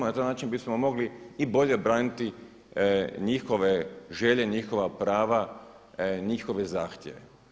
Na taj način bismo mogli i bolje braniti njihove želje, njihova prava, njihove zahtjeve.